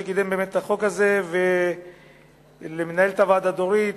שקידם באמת את החוק הזה, למנהלת הוועדה דורית,